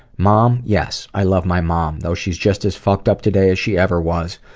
mom? yes, i love my mom, though she's just as fucked up today as she ever was.